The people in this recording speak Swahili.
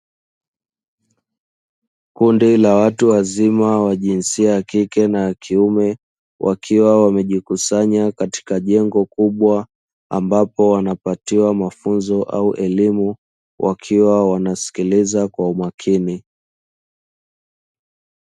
Kundi la watu wazima wa jinsia ya kike na kiume, wakiwa wamejikusanya katika jengo kubwa, ambapo wanapatiwa mafunzo au elimu, wakiwa wanasikiliza kwa umakini.